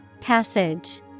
Passage